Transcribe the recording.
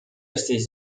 jesteś